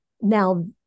Now